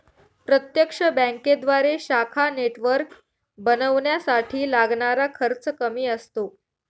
प्रत्यक्ष बँकेद्वारे शाखा नेटवर्क बनवण्यासाठी लागणारा खर्च कमी असतो